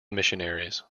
missionaries